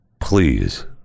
please